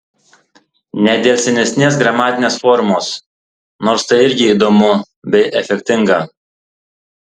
ne dėl senesnės gramatinės formos nors tai irgi įdomu bei efektinga